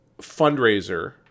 fundraiser